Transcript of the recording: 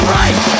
right